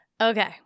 Okay